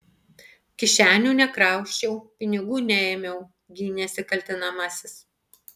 kišenių nekrausčiau pinigų neėmiau gynėsi kaltinamasis